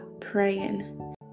praying